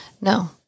no